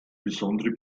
besondere